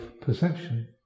perception